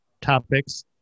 topics